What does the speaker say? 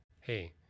hey